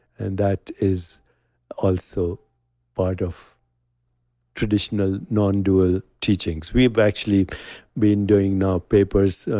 and that is also part of traditional non-dual teachings. we've actually been doing now papers.